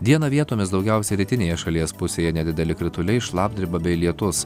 dieną vietomis daugiausia rytinėje šalies pusėje nedideli krituliai šlapdriba bei lietus